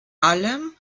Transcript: allem